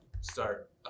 start